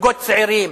זוגות צעירים.